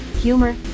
humor